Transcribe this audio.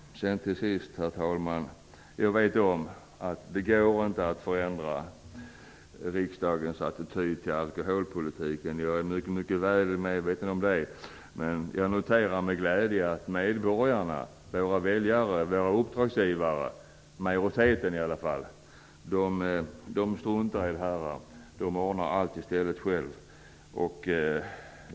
Till sist: Jag vet att det inte går att förändra riksdagens attityd till alkoholpolitiken. Jag är synnerligen väl medveten om det. Men jag noterar med glädje att i varje fall en majoritet av medborgarna - våra väljare, våra uppdragsgivare - struntar i det här och ordnar allting själva i stället.